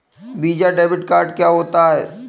Visa debit card क्या होता है?